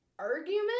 argument